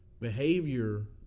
behavior